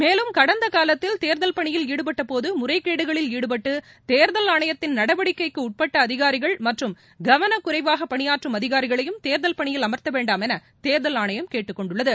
மேலும் கடந்த காலத்தில் தேர்தல் பணியில் ஈடுபட்ட போது முறைகேடுகளில் ஈடுபட்டு தேர்தல் ஆணையத்தின் நடவடிக்கைக்கு உட்பட்ட அதிகாரிகள் மற்றும் கவனக்குறைவாக பணியாற்றும் அதிகாரிகளையும் தேர்தல் பணியில் அமர்த்த வேண்டாம் என தேர்தல் ஆணையம் கேட்டுக்கொண்டுள்ளது